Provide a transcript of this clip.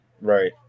Right